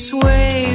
Sway